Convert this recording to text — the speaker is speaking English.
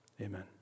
Amen